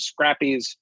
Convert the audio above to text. scrappies